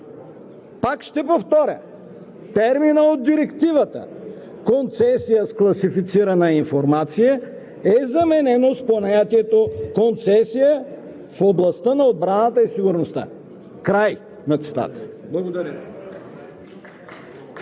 Пак ще повторя, терминът от Директивата „концесия с класифицирана информация“ е заменено с понятието „концесия в областта на отбрана и сигурност“ – край на цитата. Благодаря.